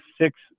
six